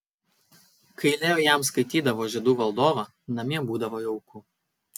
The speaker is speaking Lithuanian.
kai leo jam skaitydavo žiedų valdovą namie būdavo jauku